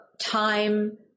time